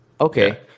Okay